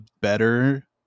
better